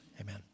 Amen